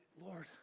Lord